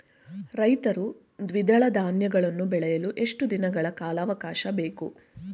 ರೈತರು ದ್ವಿದಳ ಧಾನ್ಯಗಳನ್ನು ಬೆಳೆಯಲು ಎಷ್ಟು ದಿನಗಳ ಕಾಲಾವಾಕಾಶ ಬೇಕು?